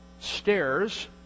stairs